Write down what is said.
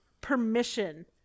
permission